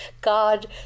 God